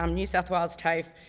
um new south whales tav,